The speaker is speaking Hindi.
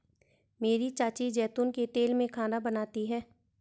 मेरी चाची जैतून के तेल में खाना बनाती है